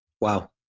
wow